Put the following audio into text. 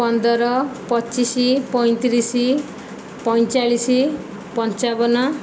ପନ୍ଦର ପଚିଶ ପଞ୍ଚତିରିଶ ପଞ୍ଚଚାଳିଶ ପଞ୍ଚାଵନ